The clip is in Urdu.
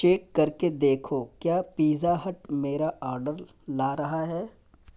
چیک کر کے دیکھو کیا پیزا ہٹ میرا آڈر لا رہا ہے